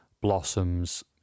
blossoms